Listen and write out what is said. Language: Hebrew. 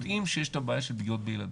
יודעים שיש בעיה של פגיעות בילדים,